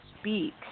speak